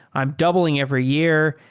i'm doubling every year.